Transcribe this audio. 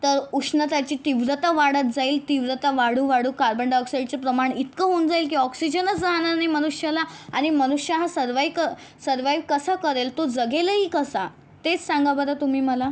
तर उष्णताची तीव्रता वाढत जाईल तीव्रता वाढू वाढू कार्बन डायऑक्साईडचे प्रमाण इतकं होऊन जाईल की ऑक्सिजनच राहणार नाही मनुष्याला आणि मनुष्य हा सर्वाईक सर्वाइव कसा करेल तो जगेलही कसा तेच सांगा बरं तुम्ही मला